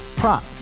Prop